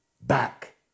back